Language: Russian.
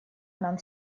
нам